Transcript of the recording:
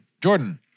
Jordan